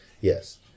Yes